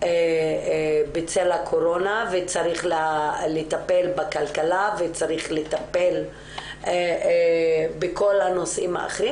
בצל הקורונה וצריך לטפל בכלכלה וצריך לטפל בכל הנושאים האחרים,